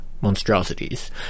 monstrosities